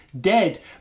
dead